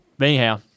anyhow